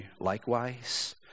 likewise